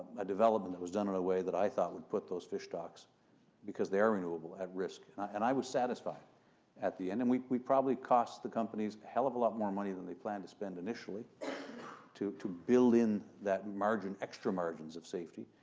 a development that was done in a way that i thought would put those fish stocks because they are renewable at risk and i was satisfied at the end and we we probably cost the companies a hell of a lot more money than they planned to spend initially to to build in that margin, extra margins of safety,